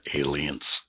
aliens